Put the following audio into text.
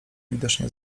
widocznie